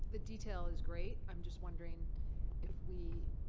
the detail is great. i'm just wondering if we.